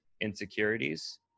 insecurities